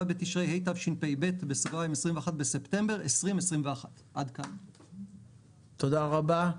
בתשרי התשפ"ב (21 בספטמבר 2021). תודה רבה.